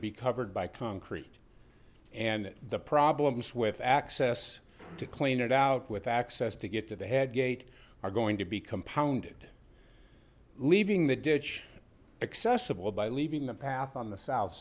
be covered by concrete and the problems with access to clean it out with access to get to the head gate are going to be compounded leaving the ditch accessible by leaving the path on the south